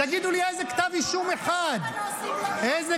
תגידו לי איזה כתב אישום אחד -- למה לא עושים ----- איזה